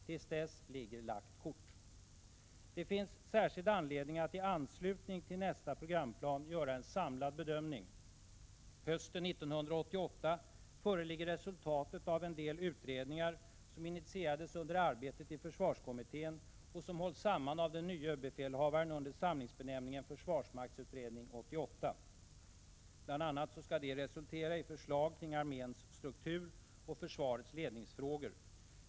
Till dess ligger lagt kort. Det finns särskild anledning att i anslutning till nästa programplan göra en samlad bedömning. Hösten 1988 föreligger resultatet av en del utredningar som initierades under arbetet i försvarskommittén och som hålls samman av den nye överbefälhavaren under samlingsbenämningen Försvarsmaktutredning 88. Bl.a. skall den resultera i förslag kring arméns struktur och försvarets ledningsfrågor.